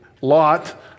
Lot